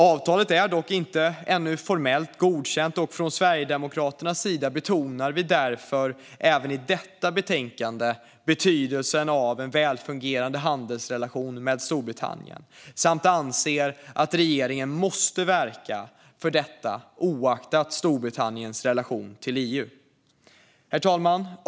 Avtalet är dock ännu inte formellt godkänt, och från Sverigedemokraternas sida betonar vi därför även i detta betänkande betydelsen av en välfungerande handelsrelation med Storbritannien samt anser att regeringen måste verka för detta oavsett Storbritanniens relation till EU. Herr talman!